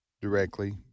directly